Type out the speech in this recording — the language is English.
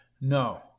No